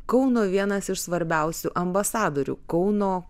kauno vienas iš svarbiausių ambasadorių kauno